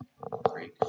Great